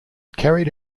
carried